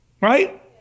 Right